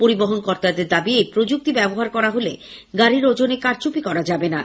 পরিবহণ কর্তাদের দাবি এই প্রযুক্তি ব্যবাহর করা হলে গাড়ির ওজনে কারচুপি করা যাবেনা